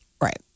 Right